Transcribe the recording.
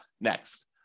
next